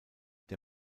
der